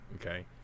Okay